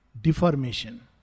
deformation